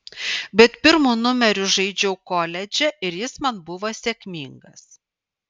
bet pirmu numeriu žaidžiau koledže ir jis man buvo sėkmingas